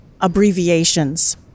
abbreviations